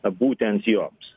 būtent joms